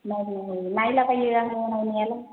नायो नायलाबायो आङो नायनायालाय